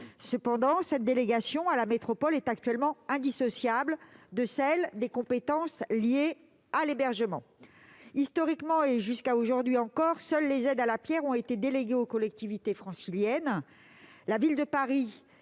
Cependant, cette délégation à la métropole est actuellement indissociable de celle des compétences liées à l'hébergement. Historiquement et jusqu'à aujourd'hui encore, seules les aides à la pierre ont été déléguées aux collectivités franciliennes.